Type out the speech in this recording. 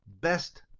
best